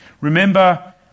Remember